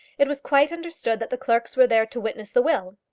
it was quite understood that the clerks were there to witness the will.